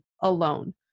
alone